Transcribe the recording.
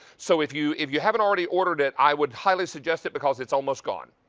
so if you if you haven't already ordered it, i would highly suggest it because it's almost gone.